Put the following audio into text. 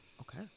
Okay